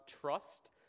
trust